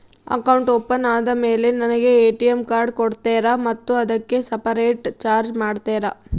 Account open ಆದಮೇಲೆ ನನಗೆ ATM card ಕೊಡ್ತೇರಾ ಮತ್ತು ಅದಕ್ಕೆ ಸಪರೇಟ್ ಚಾರ್ಜ್ ಮಾಡ್ತೇರಾ?